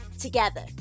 together